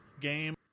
game